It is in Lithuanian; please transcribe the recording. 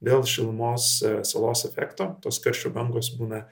dėl šilumos salos efekto tos karščio bangos būna